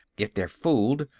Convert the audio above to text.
if they're fooled,